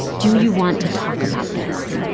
do you want to talk about this?